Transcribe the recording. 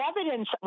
evidence